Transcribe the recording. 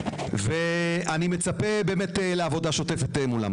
ואני מצפה באמת לעבודה שוטפת מולם.